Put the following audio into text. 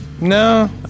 No